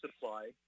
supply